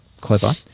clever